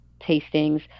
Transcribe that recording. tastings